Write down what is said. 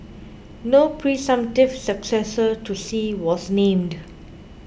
no presumptive successor to Xi was named